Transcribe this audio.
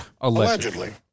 allegedly